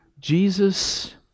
Jesus